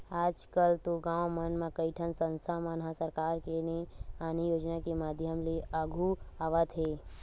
आजकल तो गाँव मन म कइठन संस्था मन ह सरकार के ने आने योजना के माधियम ले आघु आवत हे